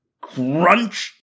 Crunch